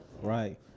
Right